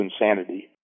insanity